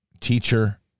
teacher